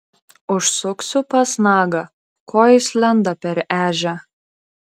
užsuksiu pas nagą ko jis lenda per ežią